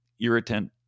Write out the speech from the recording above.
irritant